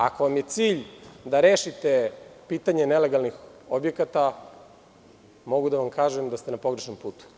Ako vam je cilj da rešite pitanje nelegalnih objekata, mogu da vam kažem da ste na pogrešnom putu.